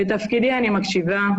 בתפקידי אני מקשיבה,